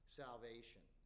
salvation